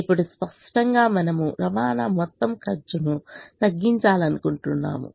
ఇప్పుడు స్పష్టంగా మనము రవాణా మొత్తం ఖర్చును తగ్గించాలనుకుంటున్నాము